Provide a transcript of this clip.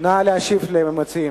נא להשיב למציעים.